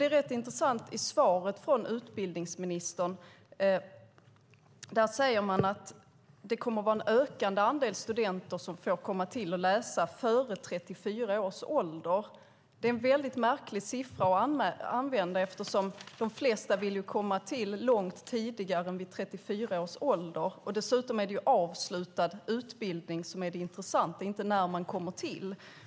Rätt intressant i svaret från utbildningsministern är att man säger att det kommer att vara en ökande andel studenter som får komma till och läsa före 34 års ålder. Det är en väldigt märklig siffra att använda, eftersom de flesta vill komma till långt tidigare än vid 34 års ålder. Dessutom är det avslutad utbildning som är det intressanta, inte när man kommer till.